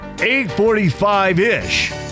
8.45-ish